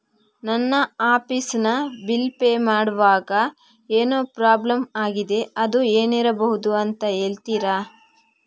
ನನ್ನ ಆಫೀಸ್ ನ bill pay ಮಾಡ್ವಾಗ ಏನೋ ಪ್ರಾಬ್ಲಮ್ ಆಗಿದೆ ಅದು ಏನಿರಬಹುದು ಅಂತ ಹೇಳ್ತೀರಾ?